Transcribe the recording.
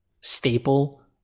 staple